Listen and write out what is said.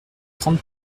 trente